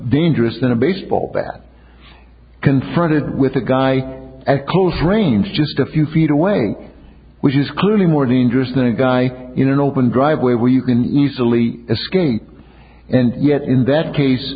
dangerous than a baseball bat confronted with a guy at close range just a few feet away which is clearly more dangerous than a guy in an open driveway where you can easily escape and yet in that case